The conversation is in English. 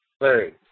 Larry